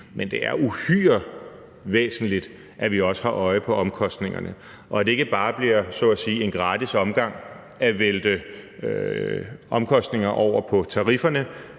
Men det er uhyre væsentligt, at vi også har øje for omkostningerne, og at det ikke bare bliver en så at sige gratis omgang at vælte omkostninger over på tarifferne,